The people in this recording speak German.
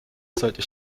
sollte